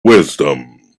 wisdom